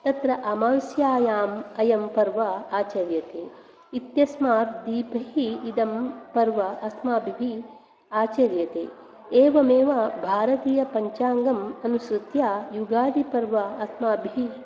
तत्र अमावस्यायाम् अयं पर्व आचर्यते इत्यस्मात् दीपैः इदं पर्व अस्माभिः आचर्यते एवमेव भारतीयपञ्चाङ्गम् अनुसृत्य युगादि पर्व अस्माभिः